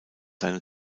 seine